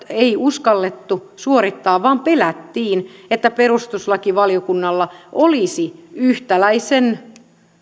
ei uskallettu suorittaa vaan pelättiin että perustuslakivaliokunnalla olisi yhtäläisen